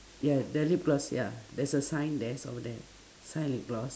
ya the lip gloss ya there's a sign there it's over there sign lip gloss